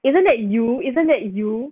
isn't that you isn't that you